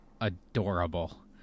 adorable